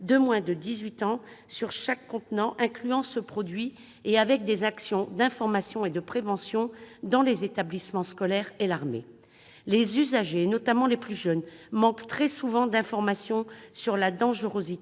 de moins de 18 ans sur chaque contenant incluant ce produit et avec des actions d'information et de prévention dans les établissements scolaires et l'armée. Les usagers, notamment les plus jeunes, manquent très souvent d'informations sur la dangerosité